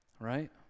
Right